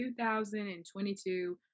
2022